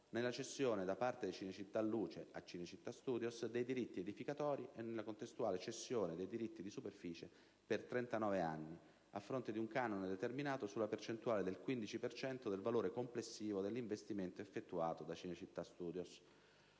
nella cessione da parte di Cinecittà Luce a Cinecittà Studios dei diritti edificatori e nella contestuale cessione dei diritti di superficie per 39 anni a fronte di un canone determinato sulla percentuale del 15 per cento del valore complessivo dell'investimento effettuato da Cinecittà Studios.